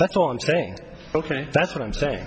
that's all i'm saying ok that's what i'm saying